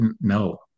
no